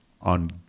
on